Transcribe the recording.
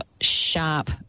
sharp